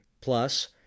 plus